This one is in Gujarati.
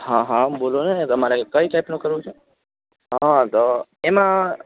હા હા બોલોને તમારે કઈ ટાઈપનું કરવું છે હ તો એમાં